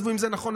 עזבו אם זה נכון,